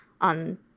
on